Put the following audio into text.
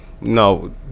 No